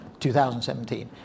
2017